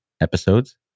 episodes